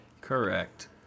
Correct